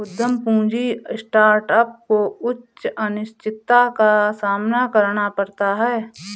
उद्यम पूंजी स्टार्टअप को उच्च अनिश्चितता का सामना करना पड़ता है